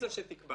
לנתבע